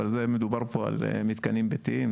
אבל זה מדובר פה על מתקנים ביתיים,